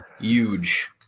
huge